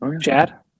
Chad